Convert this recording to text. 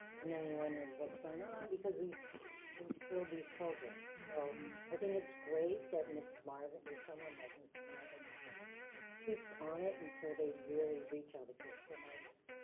and then we wonder what's going on, because we've instilled these programs. so i think it's great that mrs. marvin, there's someone like mrs. marvin who keeps on it until they really reach all the kids. so my,